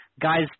guys